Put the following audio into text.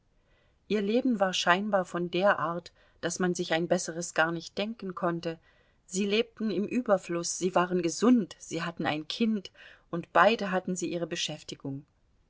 ihr leben war scheinbar von der art daß man sich ein besseres gar nicht denken konnte sie lebten im überfluß sie waren gesund sie hatten ein kind und beide hatten sie ihre beschäftigung